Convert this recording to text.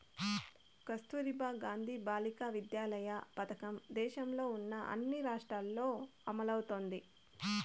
కస్తుర్బా గాంధీ బాలికా విద్యాలయ పథకం దేశంలో ఉన్న అన్ని రాష్ట్రాల్లో అమలవుతోంది